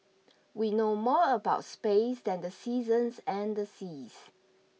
we know more about space than the seasons and the seas